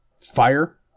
fire